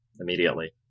immediately